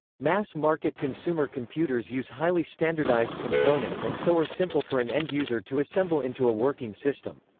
mass-market consumer computers use highly standardized components and so are simple for an end user to assemble into a working system.